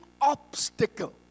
obstacle